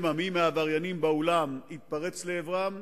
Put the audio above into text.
שמא מי מהעבריינים באולם יתפרץ לעברם.